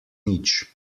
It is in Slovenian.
nič